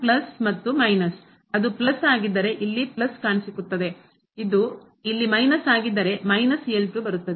plus ಮತ್ತು minus ಅದು plus ಆಗಿದ್ದರೆ ಇಲ್ಲಿ ಪ್ಲಸ್ ಕಾಣಿಸುತ್ತದೆ ಅದು ಇಲ್ಲಿ ಮೈನಸ್ ಆಗಿದ್ದರೆ ಮೈನಸ್ ಬರುತ್ತದೆ